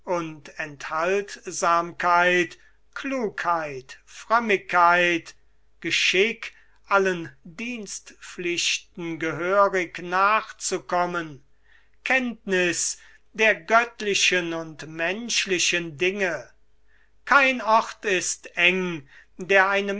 und enthaltsamkeit klugheit frömmigkeit geschick allen dienstpflichten gehörig nachzukommen kenntniß der göttlichen und menschlichen dinge kein ort ist eng der eine